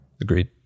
Agreed